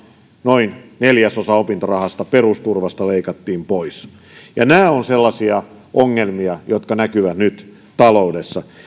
noin neljäsosa opintorahasta perusturvasta leikattiin pois nämä ovat sellaisia ongelmia jotka näkyvät nyt taloudessa